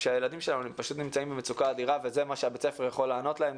הילדים שלנו פשוט נמצאים במצוקה אדירה וזה מה שבית הספר יכול לענות להם,